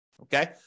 Okay